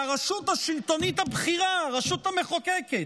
הרשות השלטונית הבכירה, הרשות המחוקקת,